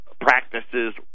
practices